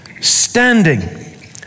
standing